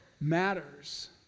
matters